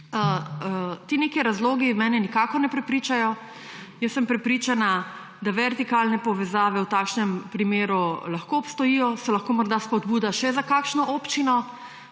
Ti neki razlogi mene nikakor ne prepričajo. Jaz sem prepričana, da vertikalne povezave v takšnem primeru lahko obstojijo, so lahko morda spodbuda še za kakšno občino,